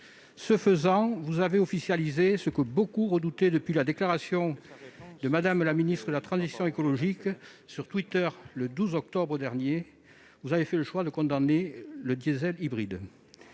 Ce faisant, vous avez officialisé ce que beaucoup redoutaient depuis la déclaration de Mme la ministre de la transition écologique sur Twitter le 12 octobre dernier : vous avez fait le choix de condamner le diesel hybride.